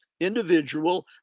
individual